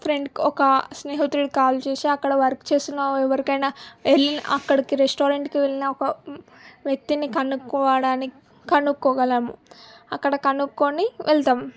ఫ్రెండ్కి ఒక ఒకా స్నేహితుడికి కాల్ చేసి అక్కడ వర్క్ చేసినా ఎవరికైనా వెళ్ళి అక్కడికి రెస్టారెంట్కి వెళ్ళిన ఒక వ్యక్తిని కనుక్కోవడానికి కనుక్కోగలము అక్కడ కనుక్కొని వెళతాము